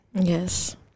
Yes